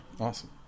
Awesome